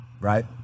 right